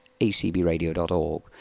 acbradio.org